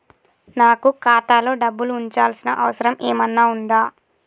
నాకు ఖాతాలో డబ్బులు ఉంచాల్సిన అవసరం ఏమన్నా ఉందా?